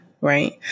right